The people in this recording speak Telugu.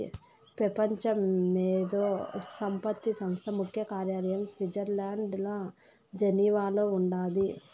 పెపంచ మేధో సంపత్తి సంస్థ ముఖ్య కార్యాలయం స్విట్జర్లండ్ల జెనీవాల ఉండాది